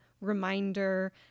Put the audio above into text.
reminder